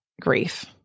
grief